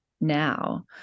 now